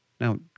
Now